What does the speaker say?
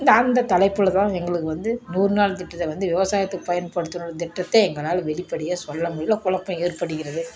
இந்த அந்த தலைப்பில் தான் எங்களுக்கு வந்த நூறு நாள் திட்டத்தை வந்து விவசாயத்துக்கு பயன்படுத்துன்னு திட்டத்தை எங்களால் வெளிப்படையாக சொல்ல முல்ல குழப்பம் ஏற்படுகிறது